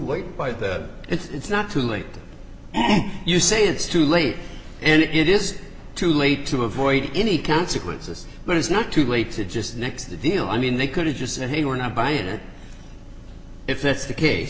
late by that it's not too late you say it's too late and it is too late to avoid any consequences but it's not too late to just next the deal i mean they could have just said hey we're not buying it if that's the case